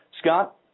Scott